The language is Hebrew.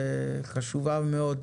היא חשובה מאוד.